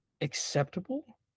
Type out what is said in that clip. acceptable